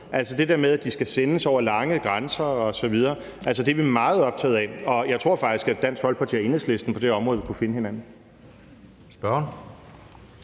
til det der med, at de skal sendes over lange afstande osv. Det er vi meget optaget af. Og jeg tror faktisk, Dansk Folkeparti og Enhedslisten på det område ville kunne finde hinanden.